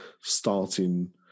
starting